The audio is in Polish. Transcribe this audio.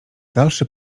dalszy